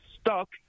stuck